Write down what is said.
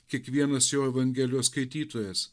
kiekvienas jo evangelijos skaitytojas